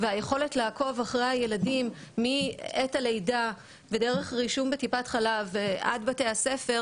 והיכולת לעקוב אחרי הילדים מעת הלידה ודרך רישום בטיפת חלב עד לבתי הספר,